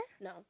No